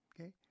okay